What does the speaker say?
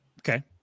Okay